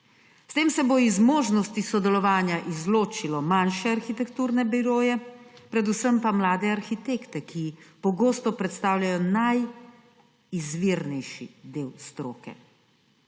S tem se bo iz možnosti sodelovanja izločilo manjše arhitekturne biroje, predvsem pa mlade arhitekte, ki pogosto predstavljajo najizvirnejši del stroke